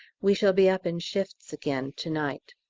we shall be up in shifts again to-night.